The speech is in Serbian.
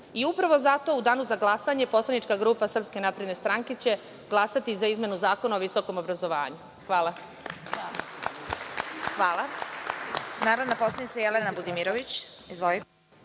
u upravo zato u danu za glasanje Poslanička grupa Srpske napredne stranke će glasati za izmenu Zakona o visokom obrazovanju. Hvala. **Vesna Kovač** Hvala. Reč ima narodna poslanica Jelena Budimirović. Izvolite.